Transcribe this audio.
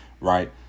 Right